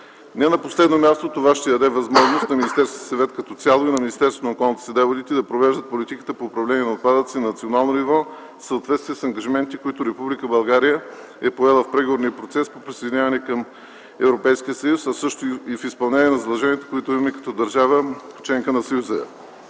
Не на последно място, това ще даде възможност на Министерския съвет като цяло и на Министерството на околната среда и водите да провеждат политиката по управление на отпадъци на национално ниво в съответствие с ангажиментите, които Република България е поела в преговорния процес по присъединяване към Европейския съюз, а също и в изпълнение на задълженията, които имаме като държава – членка на Съюза.